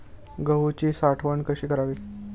गहूची साठवण कशी करावी?